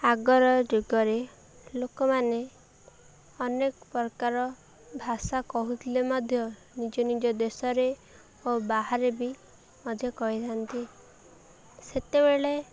ଆଗର ଯୁଗରେ ଲୋକମାନେ ଅନେକ ପ୍ରକାର ଭାଷା କହୁଥିଲେ ମଧ୍ୟ ନିଜ ନିଜ ଦେଶରେ ଓ ବାହାରେ ବି ମଧ୍ୟ କହିଥାନ୍ତି ସେତେବେଳେ